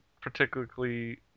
particularly